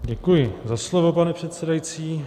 Děkuji za slovo, pane předsedající.